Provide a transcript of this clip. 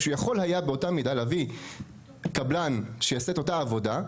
הוא יכול היה באותה מידה להביא קבלן שיעשה את אותה עבודה,